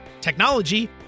technology